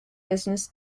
business